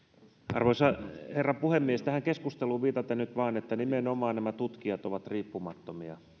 arvoisa herra puhemies tähän keskusteluun viitaten nyt vain nämä tutkijat ovat nimenomaan riippumattomia